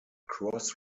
cross